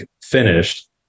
finished